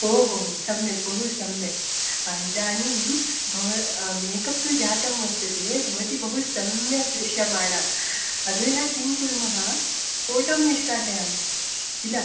ओ हो हो सम्यक् बहु सम्यक् इदानीं तव मेकप् तु जातं वर्तते भवती बहु सम्यक् दृश्यमाणा अधुना किं कुर्मः फ़ोटों निष्काषयामः किल